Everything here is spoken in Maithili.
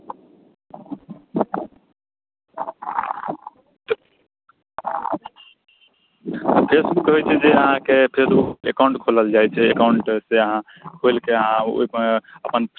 फेसबुक होइत छै अहाँकेँ फेसबुक अकाउण्ट खोलल जाइत छै अकाउन्ट से अहाँ खोलि कऽ अहाँ ओहिमे अपन